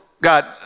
God